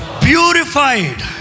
purified